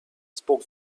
spoke